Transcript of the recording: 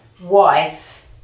wife